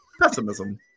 pessimism